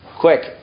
quick